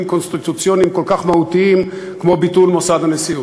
קונסטיטוציוניים כל כך מהותיים כמו ביטול מוסד הנשיאות.